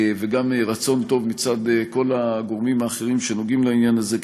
וגם רצון טוב מצד כל הגורמים האחרים שנוגעים לעניין הזה,